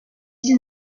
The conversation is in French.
îles